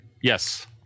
Yes